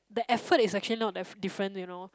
the effort is actually not that diff~ different you know